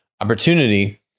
opportunity